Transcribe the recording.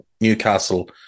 Newcastle